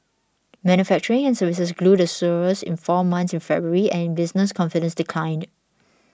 manufacturing and services grew the slowest in four months in February and business confidence declined